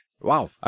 wow